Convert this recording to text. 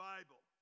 Bible